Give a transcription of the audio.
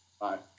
Bye